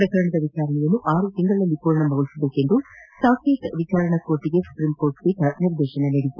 ಪ್ರಕರಣದ ವಿಚಾರಣೆಯನ್ನು ಆರು ತಿಂಗಳುಗಳಲ್ಲಿ ಪೂರ್ಣಗೊಳಿಸುವಂತೆ ಸಾಕೇತ್ ವಿಚಾರಣಾ ನ್ನಾಯಾಲಯಕ್ಕೆ ಸುಪ್ರೀಂಕೋರ್ಟ್ ಪೀಠ ನಿರ್ದೇಶನ ನೀಡಿದೆ